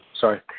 sorry